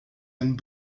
and